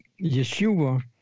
Yeshua